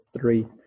three